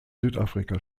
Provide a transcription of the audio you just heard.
südafrika